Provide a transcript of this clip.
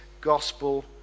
gospel